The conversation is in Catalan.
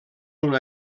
una